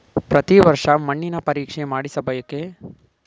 ಪ್ರತಿ ವರ್ಷ ಮಣ್ಣಿನ ಪರೀಕ್ಷೆ ಮಾಡಿಸಬೇಕೇ?